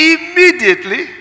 Immediately